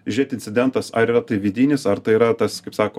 žiūrėt incidentas ar yra tai vidinis ar tai yra tas kaip sako